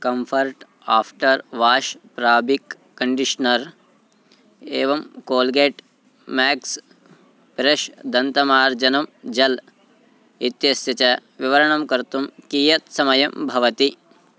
Comfort after wash fabric conditioner एवं Colgate max fresh दन्तमार्जनं gel इत्यस्य च विवरणं कर्तुं कियत् समयं भवति